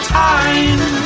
time